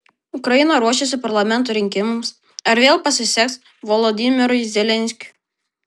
ukraina ruošiasi parlamento rinkimams ar vėl pasiseks volodymyrui zelenskiui